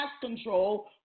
control